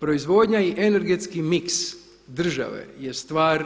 Proizvodnja i energetski mix države je stvar